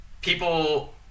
People